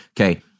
okay